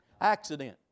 Accident